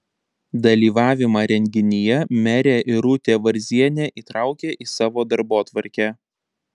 dalyvavimą renginyje merė irutė varzienė įtraukė į savo darbotvarkę